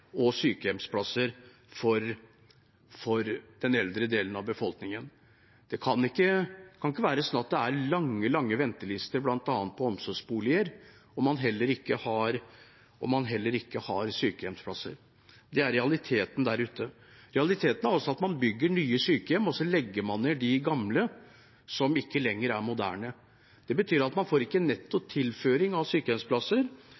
og sykehjemsplasser for den eldre delen av befolkningen. Det kan ikke være slik at det er lange, lange ventelister bl.a. på omsorgsboliger og man heller ikke har sykehjemsplasser. Det er realiteten der ute. Realiteten er også at man bygger nye sykehjem, og så legger man ned de gamle, som ikke lenger er moderne. Det betyr at man ikke får netto tilføring av sykehjemsplasser, og man får egentlig ikke